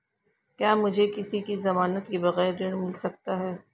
क्या मुझे किसी की ज़मानत के बगैर ऋण मिल सकता है?